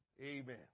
Amen